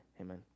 amen